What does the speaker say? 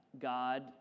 God